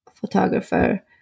Photographer